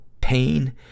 pain